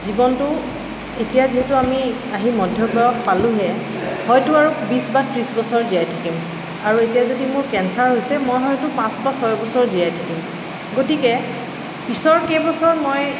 জীৱনটো এতিয়া যিহেতু আমি আহি মধ্য বয়স পালোহিয়ে হয়তো আৰু বিছ বা ত্ৰিছ বছৰ জীয়াই থাকিম আৰু এতিয়া যদি মোৰ কেঞ্চাৰ হৈছে মই হয়তো পাঁচ বা ছয় বছৰ জীয়াই থাকিম গতিকে পিছৰ কেইবছৰ মই